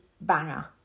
banger